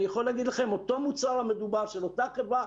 אני יכול לומר לכם שאותו מוצר מדובר של אותה חברה,